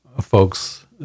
folks